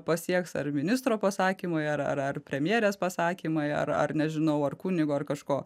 pasieks ar ministro pasakymai ar ar premjerės pasakymai ar ar nežinau ar kunigo ar kažko